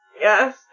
Yes